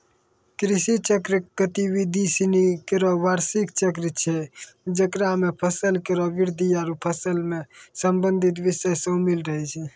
कृषि चक्र गतिविधि सिनी केरो बार्षिक चक्र छै जेकरा म फसल केरो वृद्धि आरु फसल सें संबंधित बिषय शामिल रहै छै